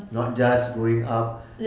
not just growing up